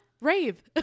Rave